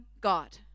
God